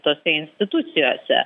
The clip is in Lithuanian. tose institucijose